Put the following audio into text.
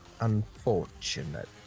unfortunate